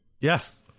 yes